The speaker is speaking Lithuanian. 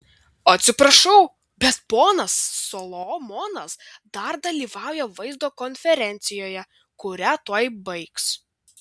atsiprašau bet ponas solomonas dar dalyvauja vaizdo konferencijoje kurią tuoj baigs